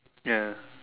ya